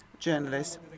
Journalists